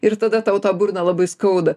ir tada tau tą burną labai skauda